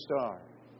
star